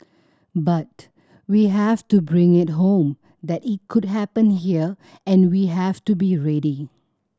but we have to bring it home that it could happen here and we have to be ready